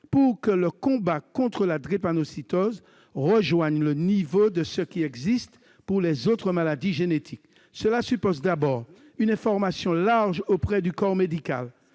pour que le combat contre la drépanocytose rejoigne le niveau de ce qui existe pour les autres maladies génétiques. Cela suppose d'abord une information large auprès du corps médical,